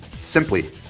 Simply